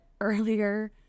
earlier